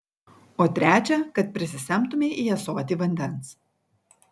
o trečią kad prisisemtumei į ąsotį vandens